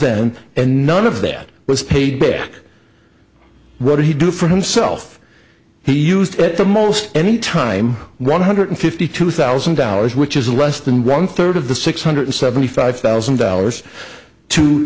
them and none of that was paid big what he do for himself he used at the most any time one hundred fifty two thousand dollars which is less than one third of the six hundred seventy five thousand dollars to